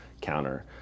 counter